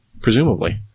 presumably